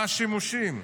מה השימושים?